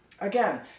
Again